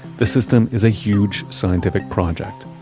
this system is a huge scientific project,